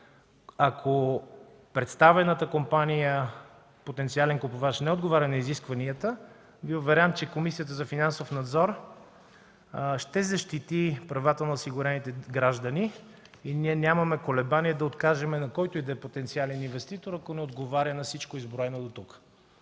Ако представената компания, потенциален купувач, не отговаря на изискванията, Ви уверявам, че Комисията за финансов надзор ще защити правата на осигурените граждани и ние нямаме колебания да откажем на който и да е потенциален инвеститор, ако не отговаря на всичко изброено дотук.